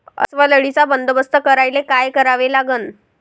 अस्वल अळीचा बंदोबस्त करायले काय करावे लागन?